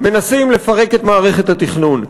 מנסים לפרק את מערכת התכנון.